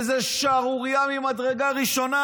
הרי זאת שערורייה ממדרגה ראשונה.